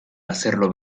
hacerlo